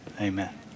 Amen